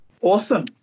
awesome